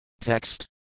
Text